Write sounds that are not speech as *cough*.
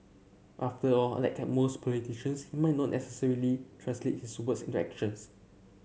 after all like *unintelligible* most politicians he might not necessarily translate his words into actions